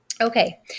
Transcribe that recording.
Okay